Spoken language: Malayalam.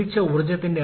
അതിനാൽ T4s 547